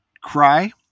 cry